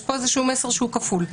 יש פה איזשהו מסר כפול.